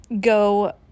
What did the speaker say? go